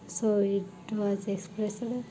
so it was expressed